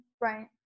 Right